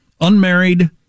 unmarried